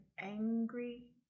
angry